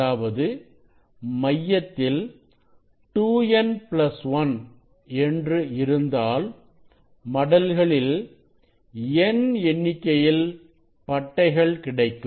அதாவது மையத்தில் 2n1 என்று இருந்தால் மடல்களில் n எண்ணிக்கையில் பட்டைகள் கிடைக்கும்